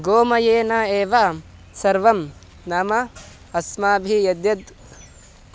गोमयेन एव सर्वं नाम अस्माभिः यद्यद्